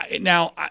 Now